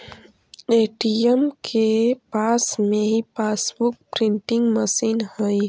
ATM के पास में ही पासबुक प्रिंटिंग मशीन हई